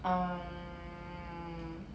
um